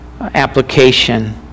application